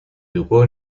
educó